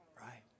Right